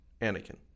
Anakin